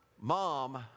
Mom